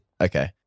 Okay